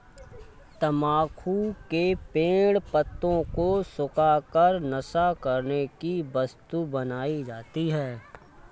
तम्बाकू के पेड़ पत्तों को सुखा कर नशा करने की वस्तु बनाई जाती है